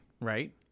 right